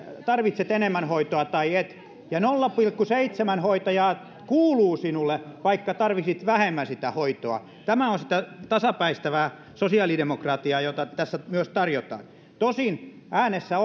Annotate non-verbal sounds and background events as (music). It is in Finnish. tarvitset enemmän hoitoa tai et ja nolla pilkku seitsemän hoitajaa kuuluu sinulle vaikka tarvitsisit vähemmän sitä hoitoa tämä on sitä tasapäistävää sosiaalidemokratiaa jota tässä myös tarjotaan tosin äänessä (unintelligible)